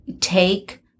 take